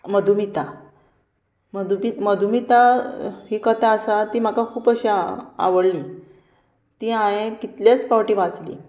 मधुमिता मधुी मधुमिता ही कथा आसा ती म्हाका खूब अशी आवडली ती हांवें कितलेच फावटी वाचली